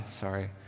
sorry